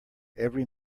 every